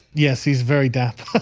yes. he's very deaf.